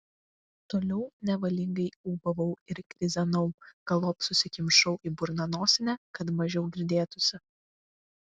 toliau nevalingai ūbavau ir krizenau galop susikimšau į burną nosinę kad mažiau girdėtųsi